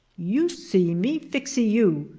you see me flixee you!